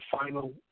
final